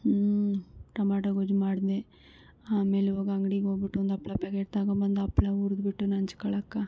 ಹ್ಞೂ ಟೊಮಾಟೋ ಗೊಜ್ಜು ಮಾಡ್ದೆ ಆಮೇಲೆ ಹೋಗಿ ಅಂಗಡಿಗೋಗ್ಬಿಟ್ಟು ಒಂದು ಹಪ್ಳ ಪ್ಯಾಕೇಟ್ ತೊಗೊಂಬಂದು ಹಪ್ಳ ಹುರ್ದ್ಬಿಟ್ಟು ನಂಚ್ಕೊಳ್ಳೋಕ್ಕೆ